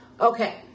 Okay